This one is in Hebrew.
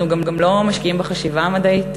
אנחנו גם לא משקיעים בחשיבה המדעית.